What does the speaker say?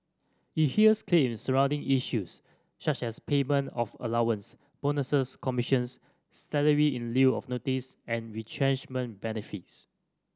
it hears claims surrounding issues such as payment of allowance bonuses commissions salary in lieu of notice and retrenchment benefits